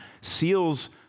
Seals